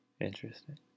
Interesting